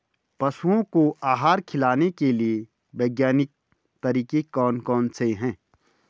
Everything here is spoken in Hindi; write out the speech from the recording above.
पशुओं को आहार खिलाने के लिए वैज्ञानिक तरीके कौन कौन से हैं?